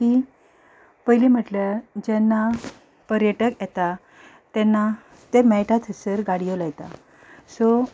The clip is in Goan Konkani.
की पयलीं म्हटल्यार जेन्ना पर्यटक येता तेन्ना ते मेळटा थंयसर गाडयो लायता